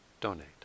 donate